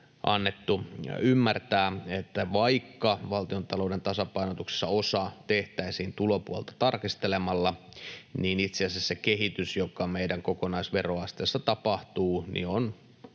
ymmärtää, että vaikka valtiontalouden tasapainotuksesta osa tehtäisiin tulopuolta tarkastelemalla, itse asiassa se kehitys, joka meidän kokonaisveroasteessa tapahtuu, on